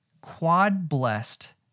quad-blessed